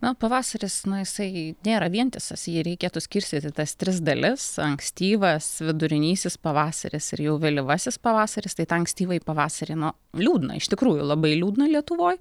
na pavasaris nu jisai nėra vientisas jį reikėtų skirstyt į tas tris dalis ankstyvas vidurinysis pavasaris ir jau vėlyvasis pavasaris tai tą ankstyvąjį pavasarį nu liūdna iš tikrųjų labai liūdna lietuvoj